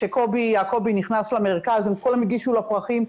כשקובי יעקובי נכנס למרכז כולם הגישו לו פרחים.